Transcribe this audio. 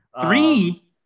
Three